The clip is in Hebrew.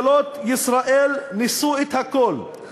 ממשלות ישראל ניסו את הכול, אך טרם ניסו את השלום.